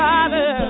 Father